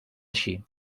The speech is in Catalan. així